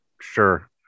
Sure